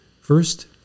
First